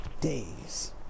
days